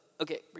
okay